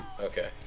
Okay